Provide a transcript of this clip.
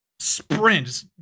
sprint